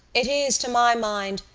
it is, to my mind,